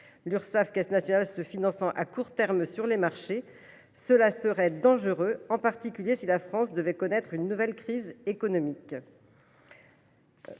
L’Urssaf Caisse nationale se finançant à court terme sur les marchés, cela serait dangereux, en particulier si la France devait connaître une nouvelle crise économique.